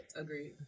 Agreed